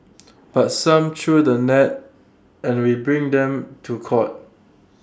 but some through the net and we bring them to court